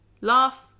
laugh